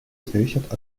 зависят